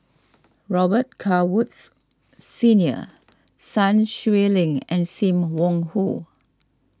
Robet Carr Woods Senior Sun Xueling and Sim Wong Hoo